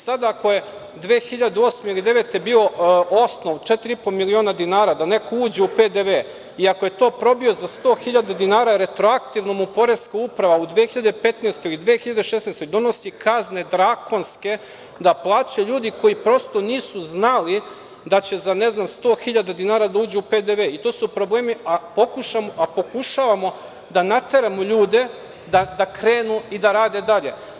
Sad ako je 2008. i 2009. godine bio osnov 4,5 miliona dinara da neko uđe u PDV i ako je to probio za 100 hiljada dinara retroaktivno mu Poreska uprava u 2015. i 2016. godini donosi kazne drakonske da plaća ljude koji prosto nisu znali da će za ne znam za 100 hiljada dinara da uđu u PDV, i to su problemi, a pokušavamo da nateramo ljude da krenu i da idu dalje.